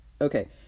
Okay